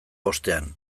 bostean